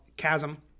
chasm